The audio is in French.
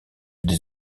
des